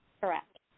Correct